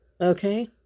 Okay